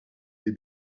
des